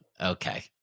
okay